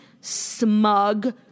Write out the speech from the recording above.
smug